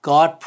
God